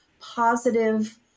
positive